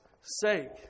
sake